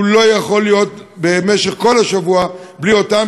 הוא לא יכול להיות במשך כל השבוע בלי אותן